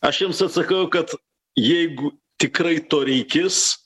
aš jiems atsakau kad jeigu tikrai to reikės